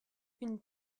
une